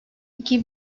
iki